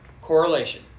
correlation